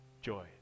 joy